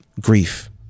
grief